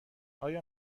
آیا